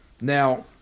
Now